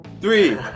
Three